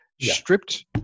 stripped